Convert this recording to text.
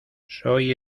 soy